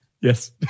Yes